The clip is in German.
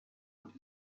und